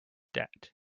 debt